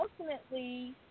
ultimately